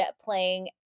playing